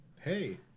hey